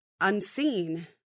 Unseen